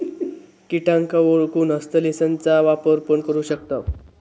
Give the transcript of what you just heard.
किटांका ओळखूक हस्तलेंसचा वापर पण करू शकताव